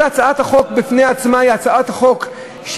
כל הצעת חוק בפני עצמה הייתה בעבר,